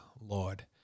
Lord